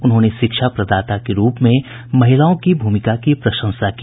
उन्होंने शिक्षा प्रदाता के रूप में महिलाओं की भूमिका की प्रशंसा की